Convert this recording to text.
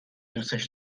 دوسش